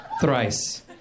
thrice